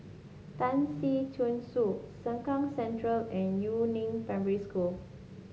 Tan Si Chong Su Sengkang Central and Yu Neng Primary School